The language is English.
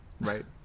Right